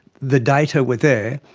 the data were there,